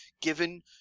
given